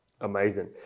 Amazing